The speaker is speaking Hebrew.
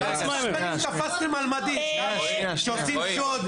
כמה שחקנים תפסתם שעושים שוד,